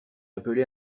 appelé